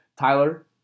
Tyler